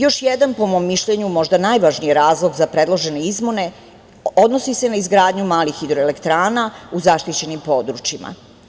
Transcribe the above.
Još jedan, po mom mišljenju, možda najvažniji razlog za predložene izmene, odnosi se na izgradnju malih hidroelektrana u zaštićenim područjima.